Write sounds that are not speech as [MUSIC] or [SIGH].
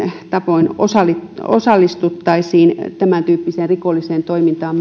tavoin osallistuttaisiin tämäntyyppiseen rikolliseen toimintaan [UNINTELLIGIBLE]